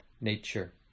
nature